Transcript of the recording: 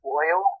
oil